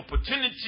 opportunity